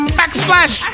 backslash